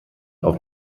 auf